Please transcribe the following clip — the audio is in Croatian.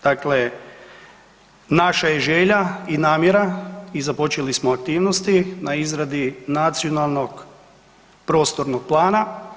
Dakle, naša je želja i namjera i započeli smo aktivnosti na izradi Nacionalnog prostornog plana.